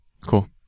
cool